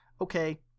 okay